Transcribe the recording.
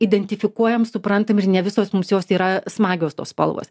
identifikuojam suprantam ir ne visos mums jos yra smagios tos spalvos